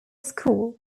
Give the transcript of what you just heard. school